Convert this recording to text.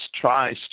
tries